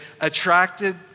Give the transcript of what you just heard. attracted